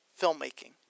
filmmaking